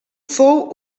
fou